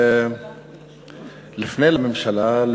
לפני הממשלה,